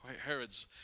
Herod's